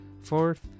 Fourth